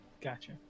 Gotcha